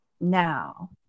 Now